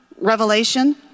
Revelation